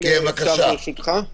ברשותך,